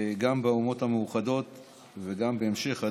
גם באומות המאוחדות וגם, בהמשך הדרך,